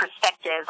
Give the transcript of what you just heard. perspective